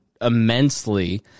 immensely